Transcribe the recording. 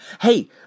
Hey